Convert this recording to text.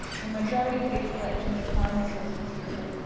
the majority of these collections are primary source material.